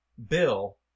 bill